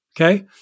okay